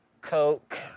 Coke